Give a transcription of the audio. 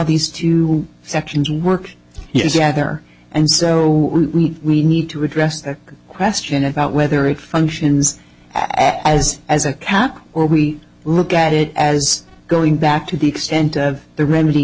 these two sections work yes the other and so we need to address that question about whether it functions as as a cap or we look at it as going back to the extent of the remedy